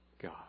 God